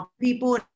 people